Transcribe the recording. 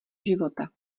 života